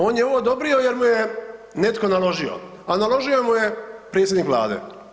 On je ovo odobrio jer mu je netko naložio, a naložio mu je predsjednik Vlade.